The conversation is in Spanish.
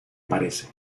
parece